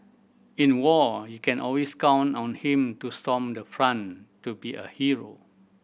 in war you can always count on him to storm the front to be a hero